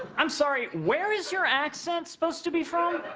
i'm sorry, where is your accent supposed to be from?